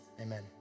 Amen